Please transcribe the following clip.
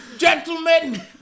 Gentlemen